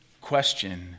question